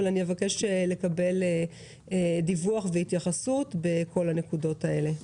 אבקש לקבל דיווח והתייחסות לכל הנקודות האלה.